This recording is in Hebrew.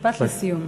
משפט לסיום.